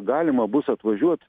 galima bus atvažiuot